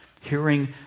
hearing